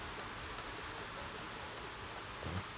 uh